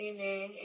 Amen